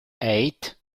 eight